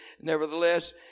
Nevertheless